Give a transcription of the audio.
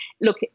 look